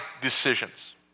decisions